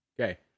Okay